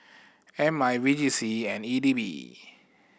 M I V J C and E D B